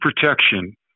protection